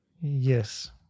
Yes